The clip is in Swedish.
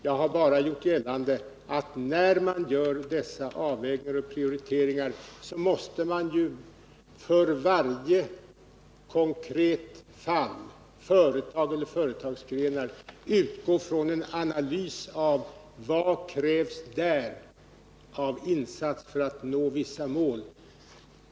Jag har bara sagt att när man gör dessa avvägningar och prioriteringar, måste man för varje konkret fall utgå från en analys av vad som där krävs av insatser för att nå vissa mål.